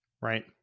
right